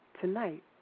tonight